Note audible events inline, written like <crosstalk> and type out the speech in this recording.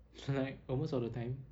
<laughs> like almost all the time